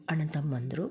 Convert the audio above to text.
ಅಣ್ಣ ತಮ್ಮಂದಿರು